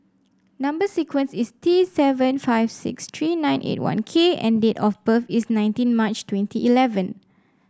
number sequence is T seven five six three nine eight one K and date of birth is nineteen March twenty eleven